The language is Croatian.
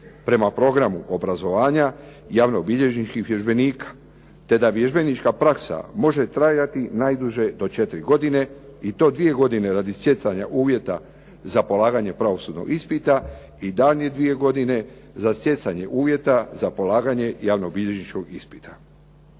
prema programu obrazovanja javnobilježničkih vježbenika. Te da vježbenička praksa može trajati najduže do četiri godine i to dvije godine radi stjecanja uvjeta za polaganje pravosudnog ispita i daljnje dvije godine za stjecanje uvjeta za polaganje javnobilježničkog ispita.